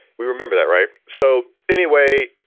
we remember that. right so anyway,